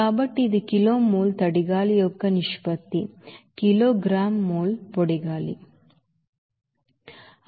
కాబట్టి ఇది kilo mole తడి గాలి యొక్క నిష్పత్తి కిగ్రా మోల్ పొడి గాలి